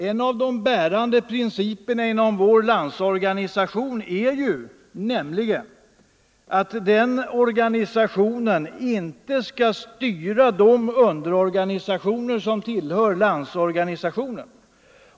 En av de bärande principerna inom vår landsorganisation är nämligen att den organisationen inte skall styra de underorganisationer som tillhör Landsorganisationen.